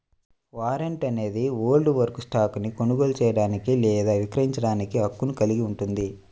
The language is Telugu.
వారెంట్ అనేది హోల్డర్కు స్టాక్ను కొనుగోలు చేయడానికి లేదా విక్రయించడానికి హక్కును కలిగి ఉంటుంది